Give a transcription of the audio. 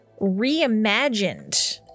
reimagined